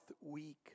week